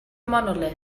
monolith